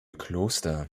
kloster